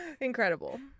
Incredible